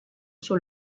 sur